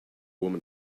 woman